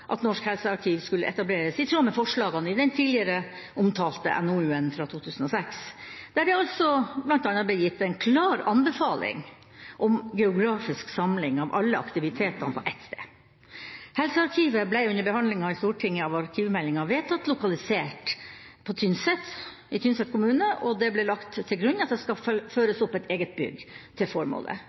at Norsk helsearkiv skulle etableres i tråd med forslagene i den tidligere omtalte NOU-en fra 2006, der det altså bl.a. ble gitt en klar anbefaling om geografisk samling av alle aktiviteter på ett sted. Helsearkivet ble under behandlingen i Stortinget av arkivmeldinga vedtatt lokalisert i Tynset kommune, og det ble lagt til grunn at det skal føres opp et eget bygg til formålet.